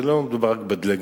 זה לא מדובר רק בדגלים,